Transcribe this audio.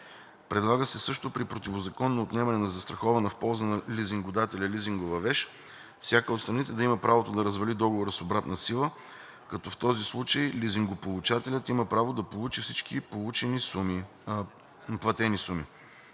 Предлага се също при противозаконно отнемане на застрахована в полза на лизингодателя лизингова вещ, всяка от страните да има правото да развали договора с обратна сила, като в този случай лизингополучателят има право да получи обратно всички платени суми.